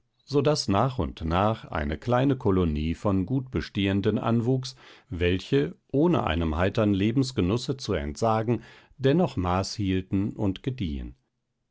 so daß nach und nach eine kleine kolonie von gutbestehenden anwuchs welche ohne einem heitern lebensgenusse zu entsagen dennoch maßhielten und gediehen